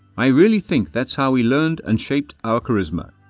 i really think that's how we learned and shaped our charisma.